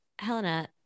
Helena